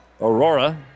Aurora